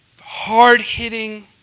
hard-hitting